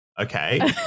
okay